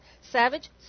savage